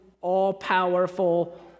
all-powerful